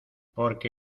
porque